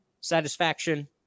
satisfaction